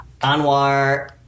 Anwar